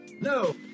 No